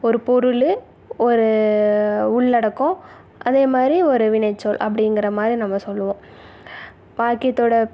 ஒரு பொருள் ஒரு உள்ளடக்கம் அதேமாதிரி ஒரு வினைச்சொல் அப்படிங்குற மாதிரி நம்ம சொல்லுவோம் வாக்கியத்தோடய